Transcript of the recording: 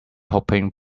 hoping